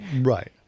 Right